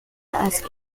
asks